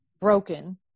broken